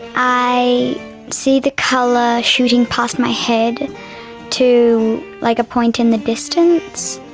i see the colour shooting past my head to like a point in the distance,